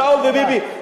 שאול וביבי,